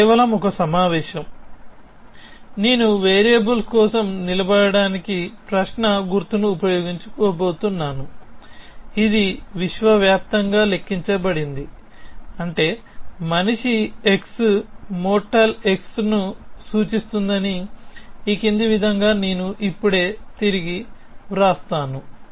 ఇది కేవలం ఒక సమావేశం నేను వేరియబుల్ కోసం నిలబడటానికి ప్రశ్న గుర్తును ఉపయోగించబోతున్నాను ఇది విశ్వవ్యాప్తంగా లెక్కించబడింది అంటే మనిషి x మర్టల్ x ను సూచిస్తుందని ఈ క్రింది విధంగా నేను ఇప్పుడు తిరిగి వ్రాస్తాను